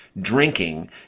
drinking